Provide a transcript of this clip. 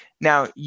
Now